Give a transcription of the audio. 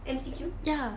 M_C_Q